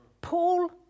Paul